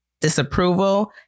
disapproval